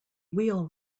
wheel